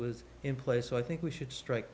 was in place so i think we should strike